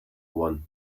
one